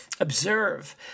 Observe